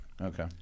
Okay